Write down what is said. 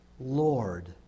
Lord